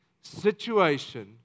situation